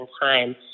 time